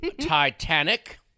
Titanic